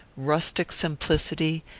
rustic simplicity,